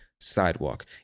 sidewalk